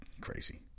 Crazy